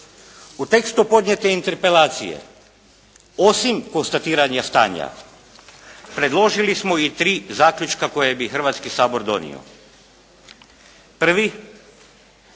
U tekstu podnijete interpelacije osim konstatiranja stanja predložili smo i tri zaključka koje bi Hrvatski sabor donio. Prvi.